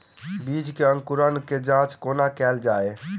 बीज केँ अंकुरण केँ जाँच कोना केल जाइ?